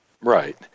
Right